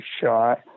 shot